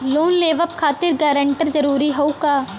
Loan लेवब खातिर guarantor जरूरी हाउ का?